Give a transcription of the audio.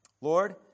Lord